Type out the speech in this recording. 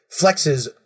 flexes